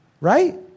Right